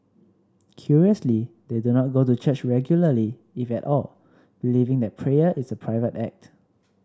curiously they do not go to church regularly if at all believing that prayer is a private act